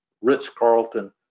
Ritz-Carlton